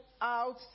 out